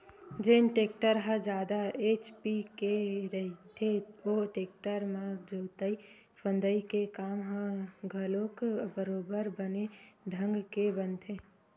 जेन टेक्टर ह जादा एच.पी के रहिथे ओ टेक्टर म जोतई फंदई के काम ह घलोक बरोबर बने ढंग के बनथे